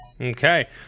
Okay